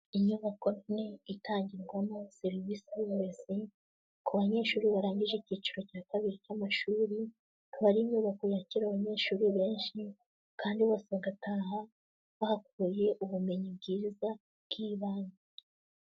Inyubako nini itangirwamo serivise y'uburezi, ku banyeshuri barangije icyiciro cya kabiri cy'amashuri, ikaba ari inyubako yakira abanyeshuri benshi, kandi bose bagataha bahakuye ubumenyi bwiza bw'ibanze.